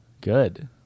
good